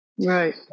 Right